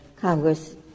Congress